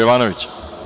Jovanović.